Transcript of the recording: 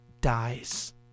dies